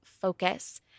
focus